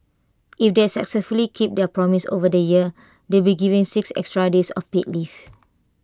if they successfully keep their promise over the year they'll be given six extra days of paid leave